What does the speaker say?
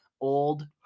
old